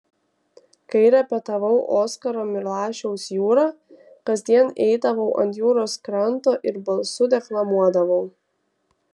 kai repetavau oskaro milašiaus jūrą kasdien eidavau ant jūros kranto ir balsu deklamuodavau